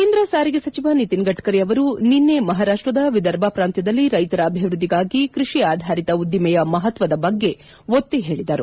ಕೇಂದ್ರ ಸಾರಿಗೆ ಸಚಿವ ನಿತಿನ್ ಗಡ್ಡರಿ ಅವರು ನಿನ್ನೆ ಮಹಾರಾಷ್ವದ ವಿದರ್ಭ ಪ್ರಾಂತ್ಯದಲ್ಲಿ ರೈತರ ಅಭಿವೃದ್ಧಿಗಾಗಿ ಕೃಷಿ ಆಧಾರಿತ ಉದ್ದಿಮೆಯ ಮಹತ್ವದ ಬಗ್ಗೆ ಒತ್ತಿ ಹೇಳಿದರು